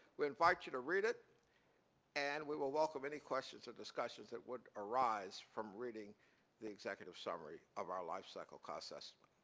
we invite you to read it and we will welcome any questions and discussion that would arise from reading the executive summary of our life cycle cost estimate.